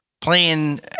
playing